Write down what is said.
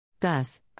Thus